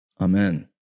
Amen